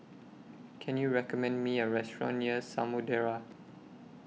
Can YOU recommend Me A Restaurant near Samudera